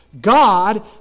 God